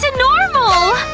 and normal!